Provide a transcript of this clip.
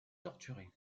torturée